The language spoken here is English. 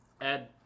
Ed